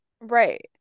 Right